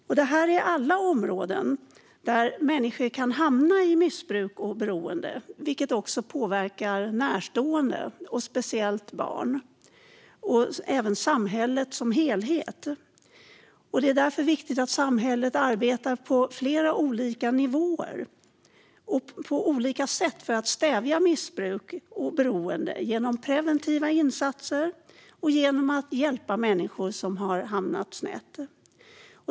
Alla dessa är områden där människor kan hamna i missbruk och beroende, vilket också påverkar närstående - särskilt barn - och samhället som helhet. Det är därför viktigt att samhället arbetar på olika nivåer och olika sätt för att stävja missbruk och beroende genom preventiva insatser och genom att hjälpa människor som hamnat snett.